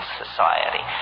society